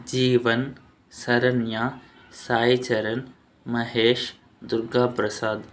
Jeevan Sharanya Sai Charan Mahesh Durgaprasad